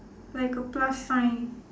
like a plus sign